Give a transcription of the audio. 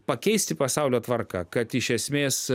pakeisti pasaulio tvarką kad iš esmės